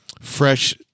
fresh